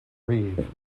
reeve